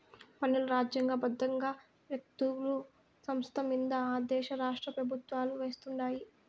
పన్నులు రాజ్యాంగ బద్దంగా వ్యక్తులు, సంస్థలమింద ఆ దేశ రాష్ట్రపెవుత్వాలు వేస్తుండాయి